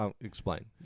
Explain